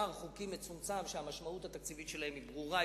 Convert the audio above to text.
חוקים במספר מצומצם שהמשמעות התקציבית שלהם היא ברורה,